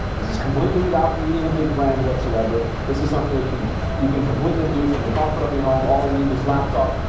this is completely without needing a big brand whatsoever. this is something you can completely do from the comfort of your home, all you need is laptop,